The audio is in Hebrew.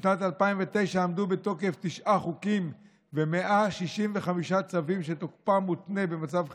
בשנת 2009 עמדו בתוקף תשעה חוקים ו-165 צווים שתוקפם מותנה במצב חירום,